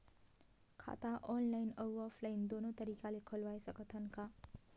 खाता ऑनलाइन अउ ऑफलाइन दुनो तरीका ले खोलवाय सकत हन का?